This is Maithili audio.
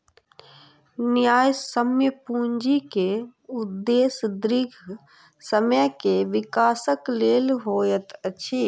न्यायसम्य पूंजी के उदेश्य दीर्घ समय के विकासक लेल होइत अछि